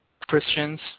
Christians